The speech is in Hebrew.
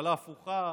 ממשלה הפוכה,